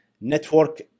network